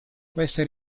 questa